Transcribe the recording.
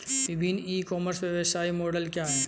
विभिन्न e commerce व्यवसाय model क्या हैं?